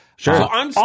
Sure